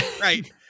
Right